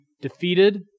defeated